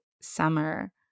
summer